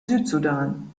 südsudan